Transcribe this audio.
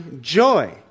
joy